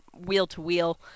wheel-to-wheel